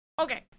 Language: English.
Okay